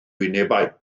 wynebau